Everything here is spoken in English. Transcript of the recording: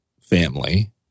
family